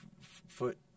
foot